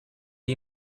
you